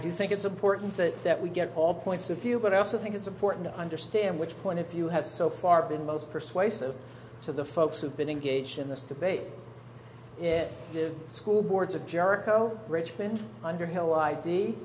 do think it's important that that we get all points of view but i also think it's important to understand which point if you have so far been most persuasive to the folks who've been engaged in this debate in the school boards of jericho richmond underhill i